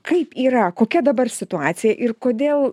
kaip yra kokia dabar situacija ir kodėl